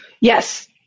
Yes